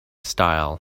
style